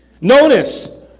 notice